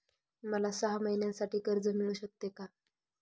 मला सहा महिन्यांसाठी कर्ज मिळू शकते का?